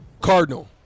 Cardinal